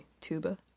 tuba